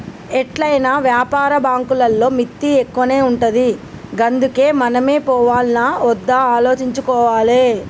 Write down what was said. ఎట్లైనా వ్యాపార బాంకులల్ల మిత్తి ఎక్కువనే ఉంటది గందుకే మనమే పోవాల్నా ఒద్దా ఆలోచించుకోవాలె